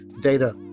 data